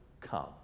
come